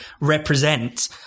represent